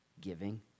giving